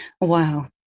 Wow